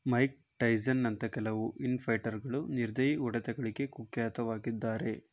mic ಟೈಸನ್ನಂಥ ಕೆಲವು in ಫೈಟರ್ಗಳು ನಿರ್ದಯಿ ಹೊಡೆತಗಳಿಗೆ ಕುಖ್ಯಾತವಾಗಿದ್ದಾರೆ